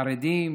חרדים,